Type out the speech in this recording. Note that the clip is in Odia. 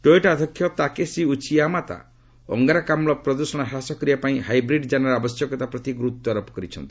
ଟୋୟେଟା ଅଧ୍ୟକ୍ଷ ତାକେସି ଉଚ୍ଚିୟାମାଡା ଅଙ୍ଗାରକାମ୍କ ପ୍ରଦୃଷଣ ହ୍ରାସ କରିବା ପାଇଁ ହାଇବ୍ରିଡ ଯାନର ଆବଶ୍ୟକତା ପ୍ରତି ଗୁରୁତ୍ୱାରୋପ କରିଛନ୍ତି